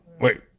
Wait